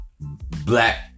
black